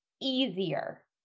easier